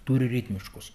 turi ritmiškus